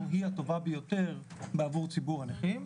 היא הטובה ביותר עבור ציבור הנכים.